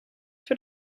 für